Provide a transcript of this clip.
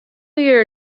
year